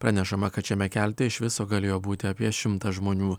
pranešama kad šiame kelte iš viso galėjo būti apie šimtą žmonių